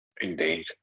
Indeed